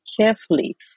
carefully